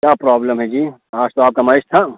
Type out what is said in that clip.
کیا پرابلم ہے جی آج تو آپ کا میچ تھا